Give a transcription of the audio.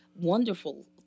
wonderful